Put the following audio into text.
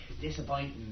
disappointing